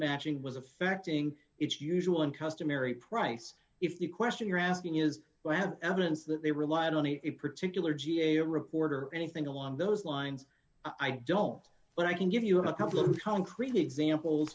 matching was affecting its usual and customary price if the question you're asking is lab evidence that they relied on a particular g a o report or anything along those lines i don't but i can give you a couple of concrete example